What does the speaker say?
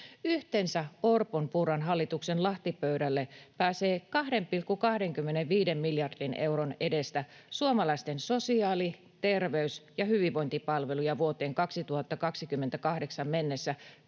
Yhteensä Orpon—Purran hallituksen lahtipöydälle pääsee 2,25 miljardin euron edestä suomalaisten sosiaali-, terveys- ja hyvinvointipalveluja vuoteen 2028 mennessä